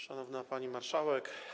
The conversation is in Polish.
Szanowna Pani Marszałek!